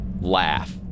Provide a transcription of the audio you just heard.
laugh